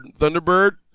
Thunderbird